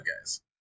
Guys